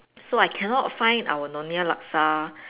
so I cannot find our Nyonya laksa